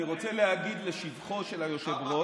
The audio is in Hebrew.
אני רוצה להגיד לשבחו של היושב-ראש,